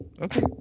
okay